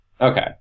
Okay